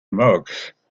marks